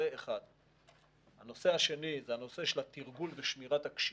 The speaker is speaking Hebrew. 2. נושא התרגול ושמירת הכשירות.